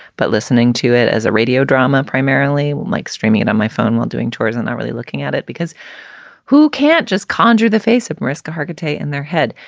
but listening to it as a radio drama, primarily like streaming it on my phone while doing chores and not really looking at it because who can't just conjure the face of mariska hargitay in their head?